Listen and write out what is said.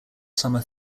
summer